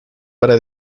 para